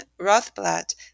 Rothblatt